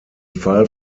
fall